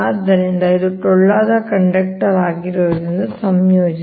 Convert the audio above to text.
ಆದ್ದರಿಂದ ಇದು ಟೊಳ್ಳಾದ ಕಂಡಕ್ಟರ್ ಆಗಿರುವುದರಿಂದ ಸಂಯೋಜಿಸಿ